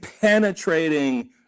penetrating